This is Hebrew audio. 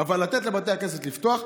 אבל לתת לבתי הכנסת לפתוח.